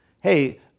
hey